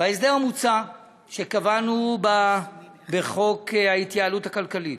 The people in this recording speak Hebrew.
בהסדר המוצע שקבענו בחוק ההתייעלות הכלכלית,